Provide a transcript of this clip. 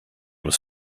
was